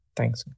Thanks